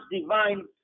divine